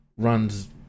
Runs